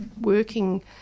working